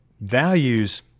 values